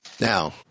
Now